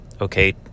Okay